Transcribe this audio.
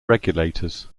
regulators